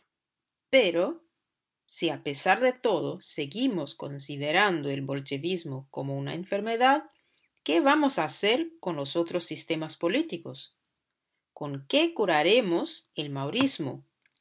pero si a pesar de todo seguimos considerando el bolchevismo como una enfermedad qué vamos a hacer con los otros sistemas políticos con qué curaremos el maurismo